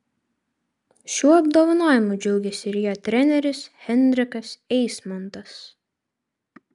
šiuo apdovanojimu džiaugėsi ir jo treneris henrikas eismontas